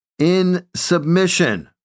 insubmission